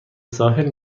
ساحل